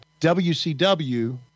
WCW